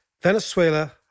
Venezuela